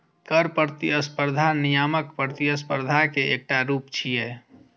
कर प्रतिस्पर्धा नियामक प्रतिस्पर्धा के एकटा रूप छियै